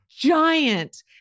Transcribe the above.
giant